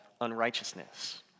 unrighteousness